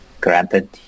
Granted